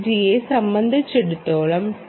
ജിയെ സംബന്ധിച്ചിടത്തോളം ടി